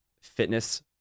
fitness